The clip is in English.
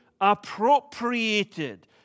appropriated